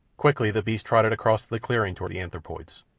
quickly the beast trotted across the clearing toward the anthropoids.